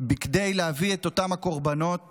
כדי להביא את אותם קורבנות